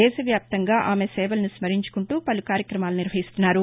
దేశవ్యాప్తంగా ఆమె సేవలను స్మరించుకుంటూ పలు కార్యక్రమాలు నిర్వహిస్తున్నారు